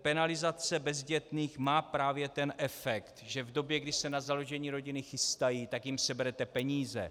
Penalizace bezdětných má právě ten efekt, že v době, kdy se na založení rodiny chystají, tak jim seberete peníze.